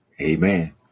Amen